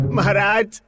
Maharaj